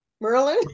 Merlin